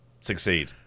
succeed